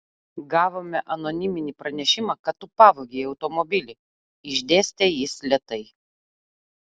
gavome anoniminį pranešimą kad tu pavogei automobilį išdėstė jis lėtai